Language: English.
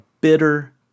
bitter